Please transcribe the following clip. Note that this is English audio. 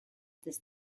this